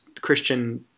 Christian